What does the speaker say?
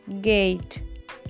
gate